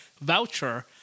voucher –